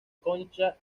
concha